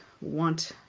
want